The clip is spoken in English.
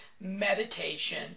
meditation